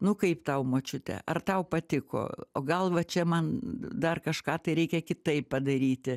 nu kaip tau močiute ar tau patiko gal va čia man dar kažką tai reikia kitaip padaryti